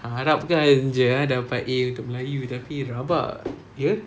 ah harapkan jer eh dapat A untuk melayu tapi rabak ya